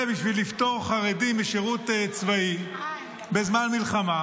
בשביל לפתור חרדי משירות צבאי בזמן המלחמה,